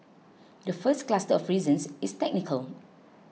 the first cluster of reasons is technical